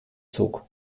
zog